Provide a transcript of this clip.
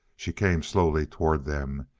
she came slowly toward them.